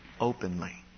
openly